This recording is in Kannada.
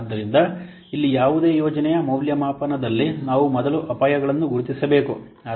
ಆದ್ದರಿಂದ ಇಲ್ಲಿ ಯಾವುದೇ ಯೋಜನೆಯ ಮೌಲ್ಯಮಾಪನದಲ್ಲಿ ನಾವು ಮೊದಲು ಅಪಾಯಗಳನ್ನು ಗುರುತಿಸಬೇಕು